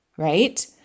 right